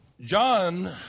John